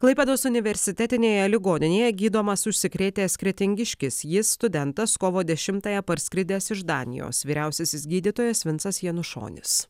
klaipėdos universitetinėje ligoninėje gydomas užsikrėtęs kretingiškis jis studentas kovo dešimtąją parskridęs iš danijos vyriausiasis gydytojas vincas janušonis